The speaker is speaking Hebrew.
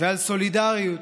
ועל סולידריות